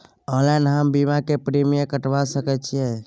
Online हम बीमा के प्रीमियम कटवा सके छिए?